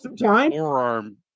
forearm